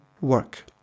work